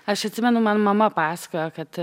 aš atsimenu man mama pasakojo kad